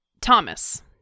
Thomas